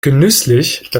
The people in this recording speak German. genüsslich